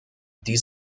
die